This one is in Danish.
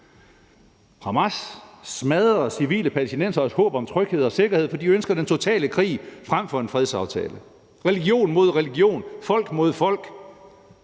Hamas smadrer civile palæstinenseres håb om tryghed og sikkerhed, for de ønsker den totale krig frem for en fredsaftale; religion mod religion, folk mod folk.